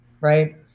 Right